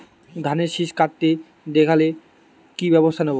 ধানের শিষ কাটতে দেখালে কি ব্যবস্থা নেব?